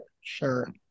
sure